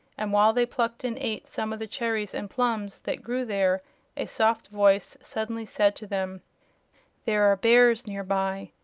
and while they plucked and ate some of the cherries and plums that grew there a soft voice suddenly said to them there are bears near by.